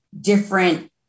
different